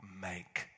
make